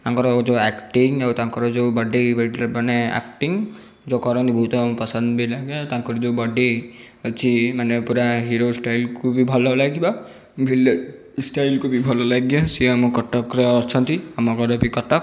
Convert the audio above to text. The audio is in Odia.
ତାଙ୍କର ଯେଉଁ ଆକ୍ଟିଂ ଆଉ ତାଙ୍କର ଯେଉଁ ବଡ଼ି ମାନେ ଆକ୍ଟିଂ ଯେଉଁ କରନ୍ତି ବହୁତ ପସନ୍ଦ ବି ଲାଗେ ଆଉ ତାଙ୍କର ଯେଉଁ ବଡ଼ି ଅଛି ମାନେ ପୁରା ହୀରୋ ଷ୍ଟାଇଲ୍କୁ ବି ଭଲ ଲାଗିବ ଷ୍ଟାଇଲ୍କୁ ବି ଭଲ ଲାଗେ ସିଏ ଆମ କଟକରେ ଅଛନ୍ତି ଆମ ଘର ବି କଟକ